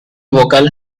vocal